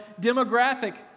demographic